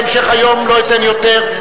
בהמשך היום לא אתן יותר.